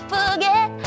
forget